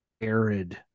arid